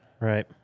right